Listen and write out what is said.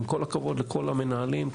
עם כל הכבוד לכל המנהלים,